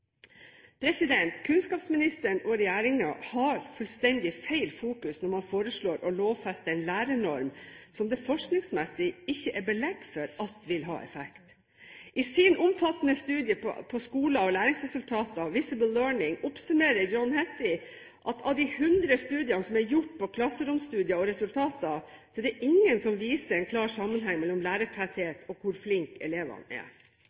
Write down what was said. Kunnskapsministeren og regjeringen har fullstendig feil fokus når man foreslår å lovfeste en lærernorm som det forskningsmessig ikke er belegg for vil ha effekt. I sin omfattende studie på skoler og læringsresultater, Visible Learning, oppsummerer John Hattie at av de hundre klasseromsstudier og resultater som er gjort, er det ingen som viser en klar sammenheng mellom lærertetthet og hvor flinke elevene er.